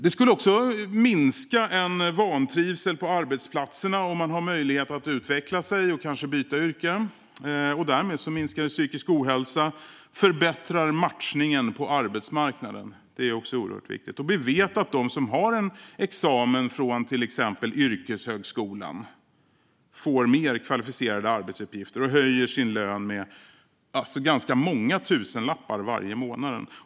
Det skulle också minska vantrivsel på arbetsplatserna om man har möjlighet att utvecklas och kanske byta yrke. Därmed minskar den psykiska ohälsan, och matchningen på arbetsmarknaden förbättras. Det är också oerhört viktigt. Vi vet att de som har en examen från till exempel yrkeshögskolan får mer kvalificerade arbetsuppgifter och höjer sin lön med ganska många tusenlappar varje månad.